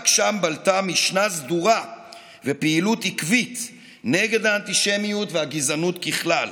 רק שם בלטה משנה סדורה ופעילות עקבית נגד האנטישמיות והגזענות בכלל,